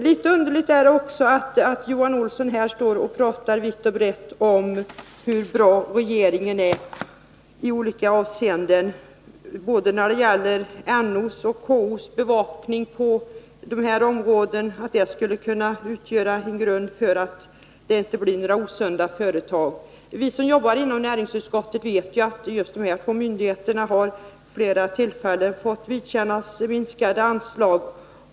Litet underligt är också att Johan Olsson här talar vitt och brett om hur bra regeringen är i olika avseenden, när det gäller både NO:s och KO:s bevakning på det här området, vilken skulle kunna motverka uppkomsten av osunda företag. Vi som jobbar inom näringsutskottet vet att de här två myndigheterna vid flera tillfällen fått vidkännas minskade anslag.